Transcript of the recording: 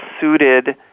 suited